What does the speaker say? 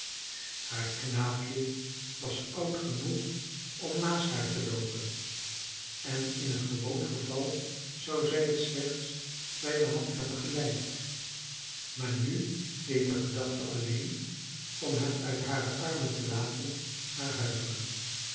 haar knaapje was oud genoeg om naast haar te loopen en in een gewoon geval zou zij het slechts bij de hand hebben geleid maar nu deed de gedachte alleen om hem uit hare armen te laten haar huiveren